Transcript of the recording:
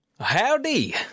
Howdy